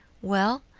well,